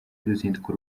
y’uruzinduko